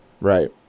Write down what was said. right